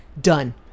Done